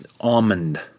almond